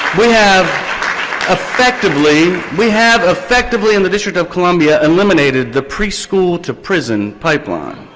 we have effectively, we have effectively in the district of columbia eliminating the preschool to prison pipeline.